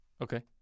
Okay